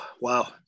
Wow